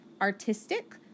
artistic